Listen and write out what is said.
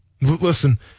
Listen –